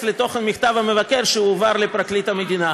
לתוכן מכתב המבקר שהועבר לפרקליט המדינה.